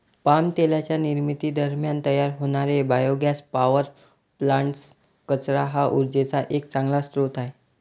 palm तेलाच्या निर्मिती दरम्यान तयार होणारे बायोगॅस पॉवर प्लांट्स, कचरा हा उर्जेचा एक चांगला स्रोत आहे